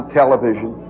television